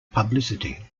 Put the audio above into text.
publicity